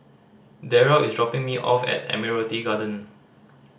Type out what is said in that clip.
Derrell is dropping me off at Admiralty Garden